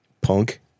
punk